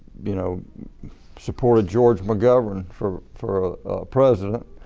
you know supported george mcgovern for for president.